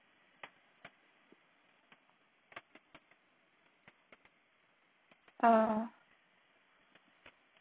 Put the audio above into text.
uh